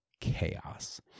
chaos